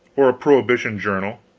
or a prohibition journal,